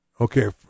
okay